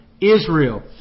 Israel